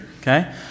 Okay